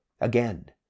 Again